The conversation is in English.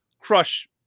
crush